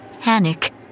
panic